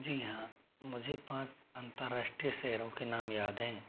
जी हाँ मुझे पाँच अंतर्राष्ट्रीय शहरों के नाम याद हैं